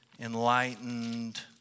enlightened